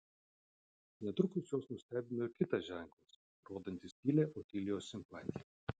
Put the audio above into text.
netrukus juos nustebino ir kitas ženklas rodantis tylią otilijos simpatiją